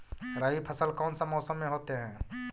रवि फसल कौन सा मौसम में होते हैं?